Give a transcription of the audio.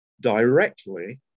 Directly